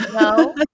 No